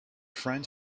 friend